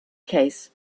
case